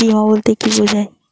বিমা বলতে কি বোঝায়?